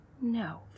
No